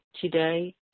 today